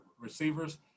receivers